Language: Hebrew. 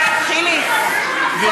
לא סיימנו כלום.